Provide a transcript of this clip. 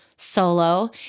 solo